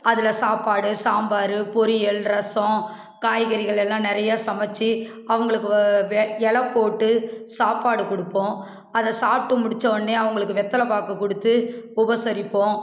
அதில் சாப்பாடு சாம்பார் பொரியல் ரசம் காய்கறிகள் எல்லாம் நிறைய சமைச்சு அவங்களுக்கு வ எலை போட்டு சாப்பாடு கொடுப்போம் அதை சாப்பிட்டு முடிச்சவோடனே அவங்களுக்கு வெத்தலை பாக்கு கொடுத்து உபசரிப்போம்